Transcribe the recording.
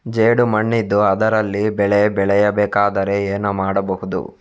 ಜೇಡು ಮಣ್ಣಿದ್ದು ಅದರಲ್ಲಿ ಬೆಳೆ ಬೆಳೆಯಬೇಕಾದರೆ ಏನು ಮಾಡ್ಬಹುದು?